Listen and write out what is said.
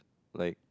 like